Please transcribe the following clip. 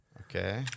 okay